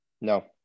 No